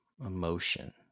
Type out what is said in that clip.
emotion